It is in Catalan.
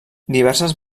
diverses